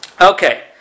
okay